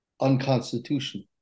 unconstitutional